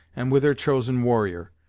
and with her chosen warrior!